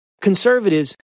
Conservatives